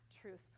truth